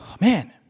Man